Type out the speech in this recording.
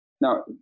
Now